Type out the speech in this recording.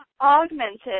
augmented